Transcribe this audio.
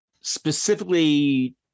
specifically